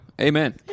Amen